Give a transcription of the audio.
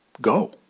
Go